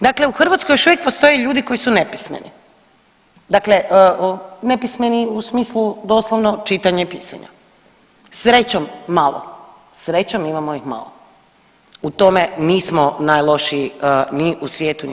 Dakle, u Hrvatskoj još uvijek postoje ljudi koji su nepismeni, dakle nepismeni u smislu doslovno čitanja i pisanja, srećom malo, srećom imamo ih malo u tom nismo najlošiji ni u svijetu ni